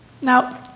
Now